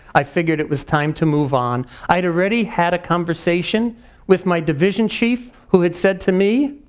i figured it was time to move on. i'd already had a conversation with my division chief, who had said to me,